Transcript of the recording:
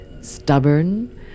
stubborn